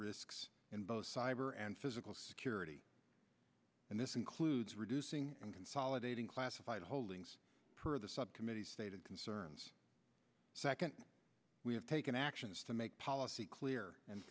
risk in both cyber and physical security and this includes reducing consolidating classified holdings for the subcommittee stated concerns second we have taken actions to make policy clear and